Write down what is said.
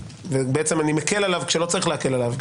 ואני מקל עליו כשלא צריך להקל עליו.